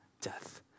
death